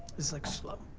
it's like slow.